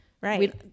right